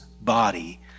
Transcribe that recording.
body